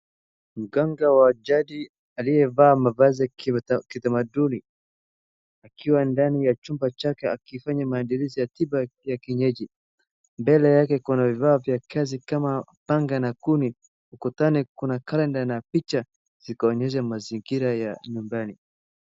Mganga wa jadi aliyevaa mavazi ya kitamaduni akiwa ndani ya chumba chake akifanya maandalizi ya tiba ya kienyeji mbele yake kuna vifaa vya kazi kama panga na kuni , ukitani kuna kalenda na picha za kuonyesha mazingira ya nyumbani